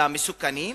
למסוכנים?